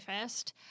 first